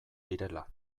direla